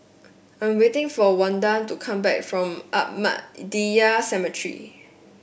I'm waiting for Wanda to come back from Ahmadiyya Cemetery